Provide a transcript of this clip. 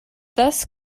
thus